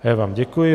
Já vám děkuji.